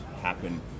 happen